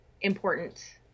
important